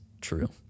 true